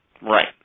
Right